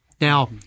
Now